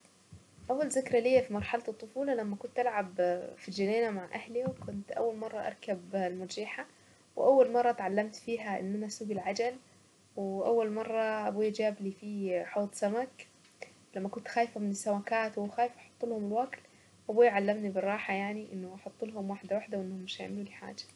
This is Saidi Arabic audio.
اول ذكرى لي في مرحلة الطفولة لما كنت العب في الجنينة مع اهلي وكنت اول مرة اركب المرجيحة واول مرة اتعلمت فيها ان انا اسوق العجل واول مرة ابوي جاب لي فيه حوض سمك لما كنت خايفة من السمكات وخايفة احط لهم الوكل ابوي علمني بالراحة يعني انه احط لهم واحدة واحدة وانهم مش هيعملي حاجة.